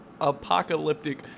apocalyptic